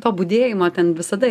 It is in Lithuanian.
to budėjimo ten visada